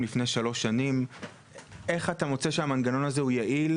לפני שלוש שנים איך אתה מוצא שהמנגנון הזה הוא יעיל